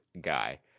guy